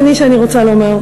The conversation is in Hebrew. ושגם לנו יש צרכים יהודיים,